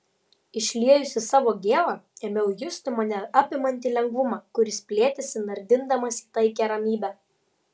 išliejusi savo gėlą ėmiau justi mane apimantį lengvumą kuris plėtėsi nardindamas į taikią ramybę